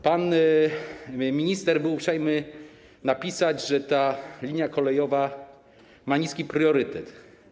Pan minister był uprzejmy napisać, że ta linia kolejowa ma niski priorytet.